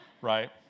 right